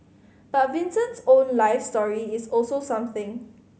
but Vincent's own life story is also something